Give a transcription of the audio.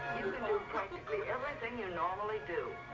you can do practically everything you normally do.